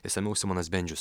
išsamiau simonas bendžius